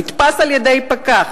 נתפס על-ידי פקח,